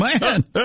man